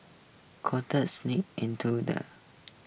cockroaches into the